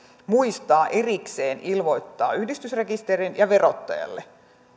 muistaa erikseen ilmoittaa yhdistysrekisteriin ja verottajalle